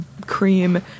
cream